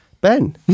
Ben